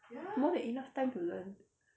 more than enough time to learn